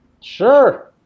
Sure